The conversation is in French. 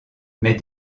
mais